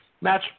Match